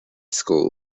school